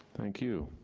thank you.